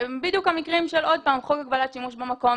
הם בדיוק המקרים של מגבלת שימוש במקום,